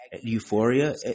euphoria